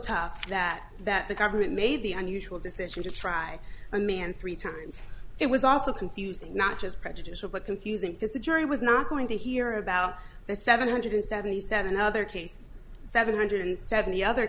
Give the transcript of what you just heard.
tough that that the government made the unusual decision to try a man three times it was also confusing not just prejudicial but confusing because the jury was not going to hear about the seven hundred seventy seven other cases seven hundred seventy other